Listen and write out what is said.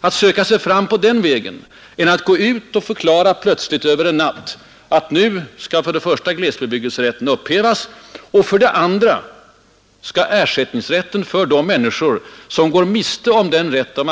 Man bör söka sig fram på den vägen hellre än att plötsligt, över en natt, upphäva glesbebyggelserätten och upphäva också ersättningsrätten för de människor som går miste om den rätt de